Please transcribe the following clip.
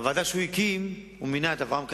בוועדה שהוא הקים הוא מינה את אברהם כחילה,